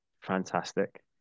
fantastic